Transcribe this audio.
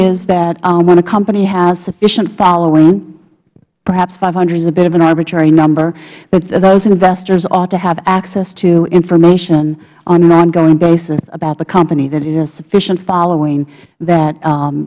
is that when a company has sufficient following perhaps five hundred is a bit of an arbitrary number that those investors ought to have access to information on an ongoing basis about the company that it has sufficient following that